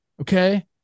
okay